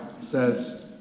says